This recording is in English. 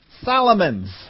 Solomon's